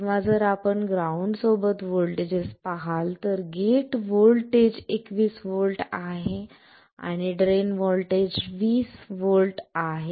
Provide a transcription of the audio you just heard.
किंवा जर आपण ग्राउंडसोबत व्होल्टेजेस पहाल तर गेट व्होल्टेज 21 व्होल्ट आहे आणि ड्रेन व्होल्टेज 20 व्होल्ट आहे